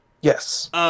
Yes